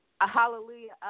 hallelujah